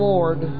Lord